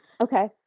Okay